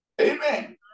Amen